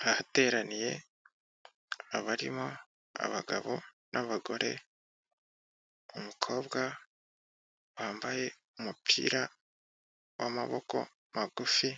Ahateraniye abarimo abagabo n'abagore, umukobwa wambaye umupira wamaboko magufi